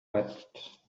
wept